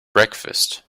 breakfast